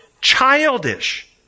childish